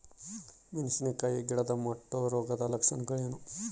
ಮೆಣಸಿನಕಾಯಿ ಗಿಡದ ಮುಟ್ಟು ರೋಗದ ಲಕ್ಷಣಗಳೇನು?